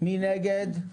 מי נגד?